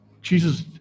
Jesus